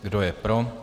Kdo je pro?